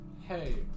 Hey